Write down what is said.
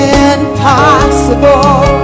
impossible